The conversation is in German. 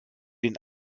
den